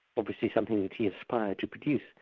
obviously something that he aspired to produce.